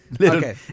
Okay